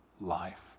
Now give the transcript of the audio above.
life